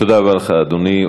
תודה רבה לך, אדוני.